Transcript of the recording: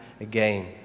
again